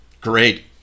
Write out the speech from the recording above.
Great